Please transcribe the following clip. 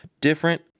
different